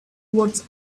towards